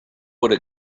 would